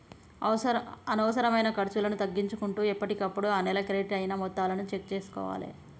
అనవసరమైన ఖర్చులను తగ్గించుకుంటూ ఎప్పటికప్పుడు ఆ నెల క్రెడిట్ అయిన మొత్తాలను చెక్ చేసుకోవాలే